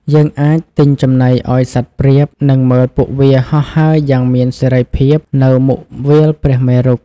យើងអាចទិញចំណីឱ្យសត្វព្រាប និងមើលពួកវាហោះហើរយ៉ាងមានសេរីភាពនៅមុខវាលព្រះមេរុ។